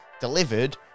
delivered